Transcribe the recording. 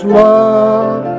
love